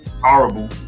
horrible